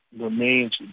remains